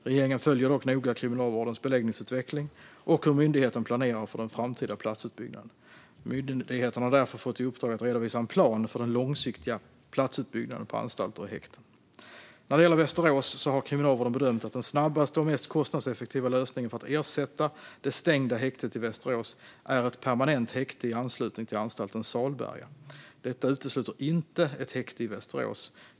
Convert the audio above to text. Regeringen följer dock noga Kriminalvårdens beläggningsutveckling och hur myndigheten planerar för den framtida platsutbyggnaden. Myndigheten har därför fått i uppdrag att redovisa en plan för den långsiktiga platsutbyggnaden på anstalter och häkten. När det gäller Västerås har Kriminalvården bedömt att den snabbaste och mest kostnadseffektiva lösningen för att ersätta det stängda häktet är ett permanent häkte i anslutning till anstalten Salberga. Detta utesluter inte ett häkte i Västerås.